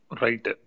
right